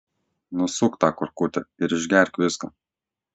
nusuk tą korkutę ir išgerk viską